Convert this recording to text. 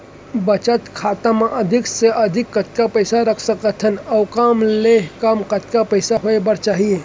बचत खाता मा अधिक ले अधिक कतका पइसा रख सकथन अऊ कम ले कम कतका पइसा होय बर चाही?